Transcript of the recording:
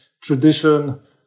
tradition